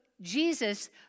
Jesus